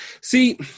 See